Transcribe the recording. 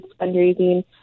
fundraising